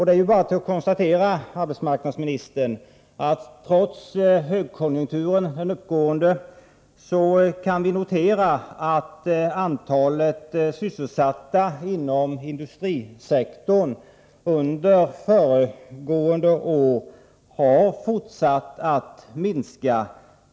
Det är bara att konstatera, arbetsmarknadsmi nistern, att trots att konjunkturen är uppåtgående fortsatte antalet sysselsatta inom industrisektorn under föregående år att minska.